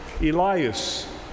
Elias